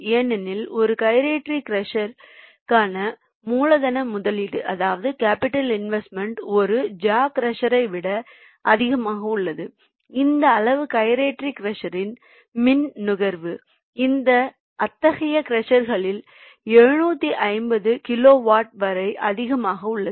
ஏனெனில் ஒரு கைரேட்டரி க்ரஷர்க்கான மூலதன முதலீடு ஒரு ஜா க்ரஷர்யை விட அதிகமாக உள்ளது இந்த அளவு கைரேட்டரி க்ரஷரின் மின் நுகர்வு அத்தகைய க்ரஷர்களில் 750 கிலோவாட் வரை அதிகமாக உள்ளது